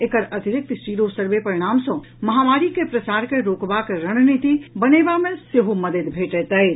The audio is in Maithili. एकर अतिरिक्त सीरो सर्वे परिणाम सँ महामारी के प्रसार के रोकबाक रणनीति बनयबा मे सेहो मददि भेटैत अछि